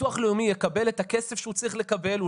הביטוח הלאומי יקבל את הכסף שהוא צריך לקבל.